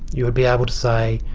you would be able to say,